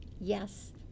yes